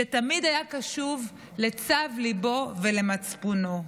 שתמיד היה קשוב לצו ליבו ולמצפונו.